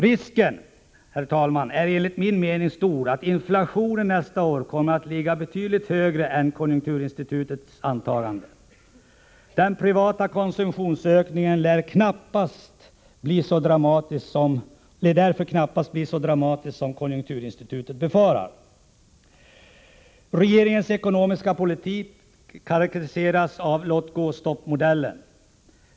Risken, herr talman, är enligt min mening stor att inflationen nästa år kommer att ligga betydligt högre än konjunkturinstitutets antagande. Den privata konsumtionsökningen lär därför knappast bli så dramatisk som konjunkturinstitutet befarar. Regeringens ekonomiska politik karakteriseras av ”låt gå-stopp”-modellen.